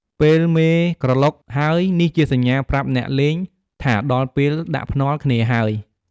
ពេលមេក្រឡុកហើយ នេះជាសញ្ញាប្រាប់អ្នកលេងថាដល់ពេលដាក់ភ្នាល់គ្នាហើយ។